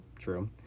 True